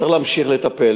וצריך להמשיך לטפל.